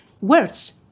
words